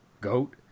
goat